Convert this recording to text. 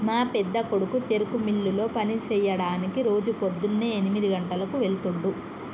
మా పెద్దకొడుకు చెరుకు మిల్లులో పని సెయ్యడానికి రోజు పోద్దున్నే ఎనిమిది గంటలకు వెళ్తుండు